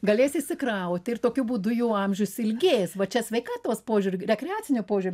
galės išsikrauti ir tokiu būdu jų amžius ilgės va čia sveikatos požiūriu rekreaciniu požiūriu